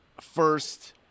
first